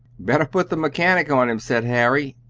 better put the mechanic on him, said harry,